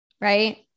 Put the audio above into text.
right